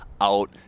out